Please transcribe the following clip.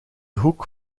hoek